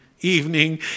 evening